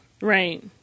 Right